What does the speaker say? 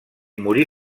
morí